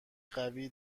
قوی